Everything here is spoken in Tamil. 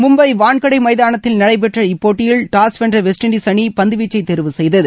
மும்பையில் வான்கடே னமதானத்தில் நடைபெற்ற இப்போட்டியில் டாஸ் வென்ற வெஸ்ட்இண்டீஸ் அணி பந்துவீச்சை தேர்வு செய்தது